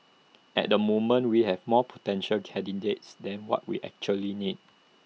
at the moment we have more potential candidates than what we actually need